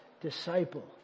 disciple